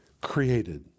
created